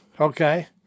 okay